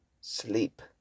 sleep